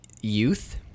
youth